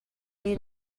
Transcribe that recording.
you